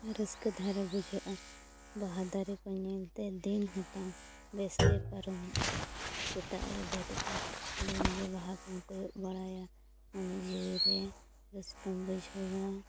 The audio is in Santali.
ᱟᱨ ᱨᱟᱹᱥᱠᱟᱹ ᱫᱷᱟᱨᱟ ᱵᱩᱡᱷᱟᱹᱜᱼᱟ ᱵᱟᱦᱟ ᱫᱟᱨᱮᱠᱚ ᱧᱮᱞᱛᱮ ᱫᱤᱱᱦᱚᱸ ᱛᱟᱢ ᱵᱮᱥᱛᱮ ᱯᱟᱨᱚᱢᱚᱜ ᱥᱮᱛᱟᱜᱨᱮ ᱵᱮᱨᱮᱫ ᱛᱚᱨᱟ ᱫᱤᱱᱜᱮ ᱵᱟᱦᱟ ᱠᱚᱢ ᱠᱚᱭᱚᱜ ᱵᱟᱲᱟᱭᱟ ᱢᱚᱱᱮ ᱡᱤᱣᱤᱨᱮ ᱨᱟᱹᱥᱠᱟᱹᱢ ᱵᱩᱡᱷᱟᱹᱣᱟ